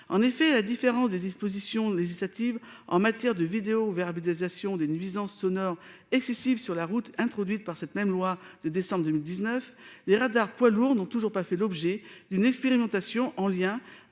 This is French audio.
en effet la différence des dispositions législatives en matière de vidéo-verbalisation des nuisances sonores excessives sur la route introduite par cette même loi de décembre 2019, les radars poids lourds n'ont toujours pas fait l'objet d'une expérimentation en lien